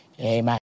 Amen